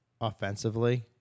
offensively